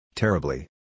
Terribly